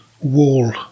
wall